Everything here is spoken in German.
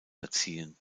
erziehen